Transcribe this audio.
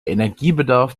energiebedarf